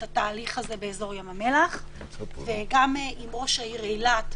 התהליך הזה באזור ים המלח וגם עם ראש העיר אילת,